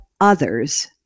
others